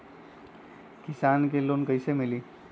किसान के लोन कैसे मिली?